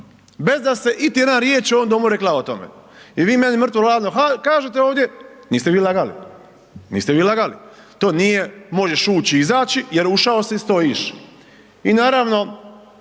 bez da se iti jedna riječ u ovom Domu rekla o tome. I vi meni mrtvo ladno kažete ovdje, niste vi lagali, to nije možeš ući-izaći jer ušao si stojiš. I naravno